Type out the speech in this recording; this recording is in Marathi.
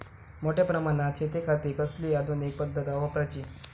मोठ्या प्रमानात शेतिखाती कसली आधूनिक पद्धत वापराची?